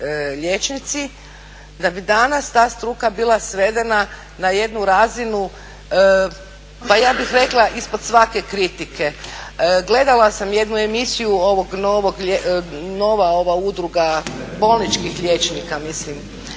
da bi danas ta struka bila svedena na jednu razinu, pa ja bih rekla ispod svake kritike. Gledala sam jednu emisiju ovog novog, nova ova udruga bolničkih liječnika, njih